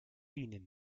linien